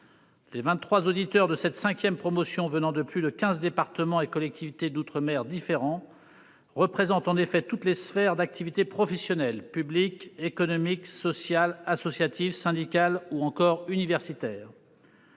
auditeurs de cette cinquième promotion, venant de plus de quinze départements et collectivités d'outre-mer différents, représentent en effet toutes les sphères d'activité professionnelle : publique, économique, sociale, associative, syndicale ou encore universitaire.